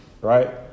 right